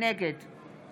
נגד